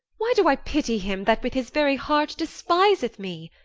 why do i pity him that with his very heart despiseth me?